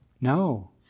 No